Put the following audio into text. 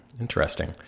interesting